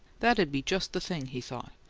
that'd be just the thing, he thought.